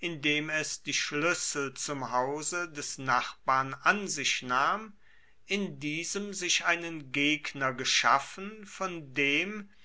indem es die schluessel zum hause des nachbarn an sich nahm in diesem sich einen gegner geschaffen von dem